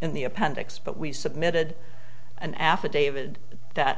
in the appendix but we submitted an affidavit that